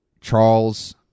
Charles